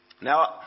Now